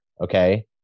Okay